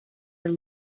are